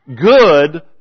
good